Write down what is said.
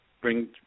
bring